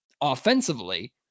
Offensively